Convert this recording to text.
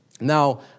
Now